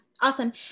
awesome